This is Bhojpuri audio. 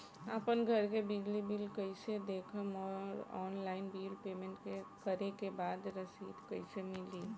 आपन घर के बिजली बिल कईसे देखम् और ऑनलाइन बिल पेमेंट करे के बाद रसीद कईसे मिली?